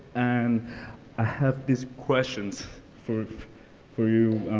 and i have these questions for for you,